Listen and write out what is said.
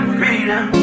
freedom